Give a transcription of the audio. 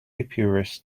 apiarist